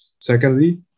Secondly